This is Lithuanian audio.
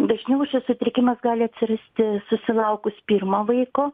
dažniau šis sutrikimas gali atsirasti susilaukus pirmo vaiko